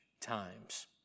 times